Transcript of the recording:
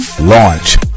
launch